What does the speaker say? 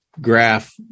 graph